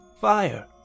Fire